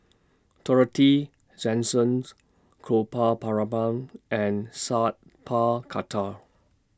Dorothy Gopal Baratham and Sat Pal Khattar